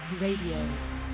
Radio